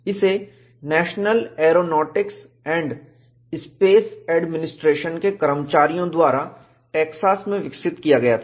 इसे national aeronautics and space administration के कर्मचारियों द्वारा टैक्सास में विकसित किया गया था